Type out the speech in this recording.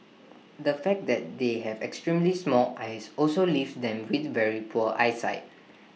the fact that they have extremely small eyes also leaves them with very poor eyesight